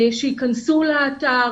שייכנסו לאתר